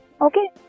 Okay